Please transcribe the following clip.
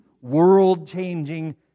world-changing